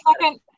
second